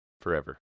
Forever